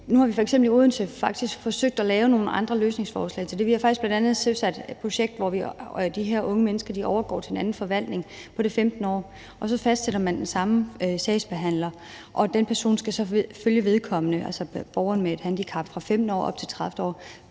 f.eks. i Odense forsøgt at lave nogle andre løsningsforslag til det. Vi har bl.a. søsat et projekt, hvor de her unge mennesker overgår til en anden forvaltning på det 15. år, og så fastsætter man den samme sagsbehandler, og den person skal så følge borgeren med et handicap fra det 15. år